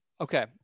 okay